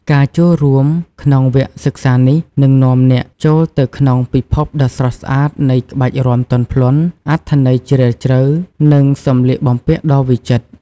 ការចូលរួមក្នុងវគ្គសិក្សានេះ នឹងនាំអ្នកចូលទៅក្នុងពិភពដ៏ស្រស់ស្អាតនៃ ក្បាច់រាំទន់ភ្លន់ អត្ថន័យជ្រាលជ្រៅ និងសម្លៀកបំពាក់ដ៏វិចិត្រ។